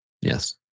Yes